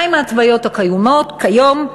מה הן ההתוויות הקיימות כיום?